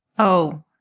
oh.